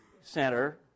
center